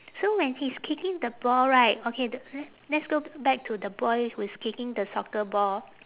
so when he's kicking the ball right okay t~ l~ let's go back to the boy who is kicking the soccer ball